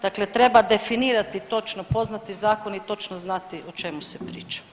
Dakle, treba definirati točno, poznati zakon i točno znati o čemu se priča.